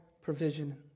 provision